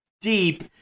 deep